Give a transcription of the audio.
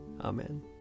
Amen